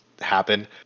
happen